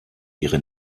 ihre